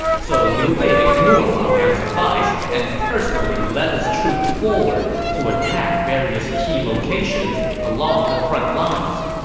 so liu bei ignored ma liang's advice and personally led his troops forward to attack various key locations along the front lines.